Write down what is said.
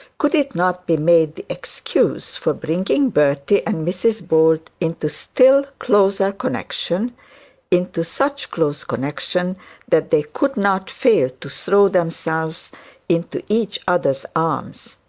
could it not be made the excuse for bringing bertie and mrs bold into still closer connection into such close connection that they could not fail to throw themselves into each other's arms?